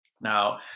Now